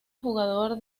jugador